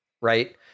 Right